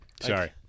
Sorry